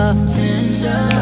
Potential